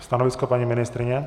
Stanovisko paní ministryně?